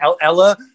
ella